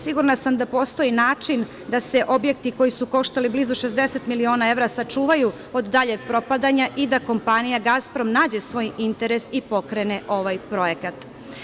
Sigurna sam da postoji način da se objekti koji su koštali blizu 60 miliona evra sačuvaju od daljeg propadanja i da kompanija Gasprom nađe svoj interes i pokrene ovaj projekat.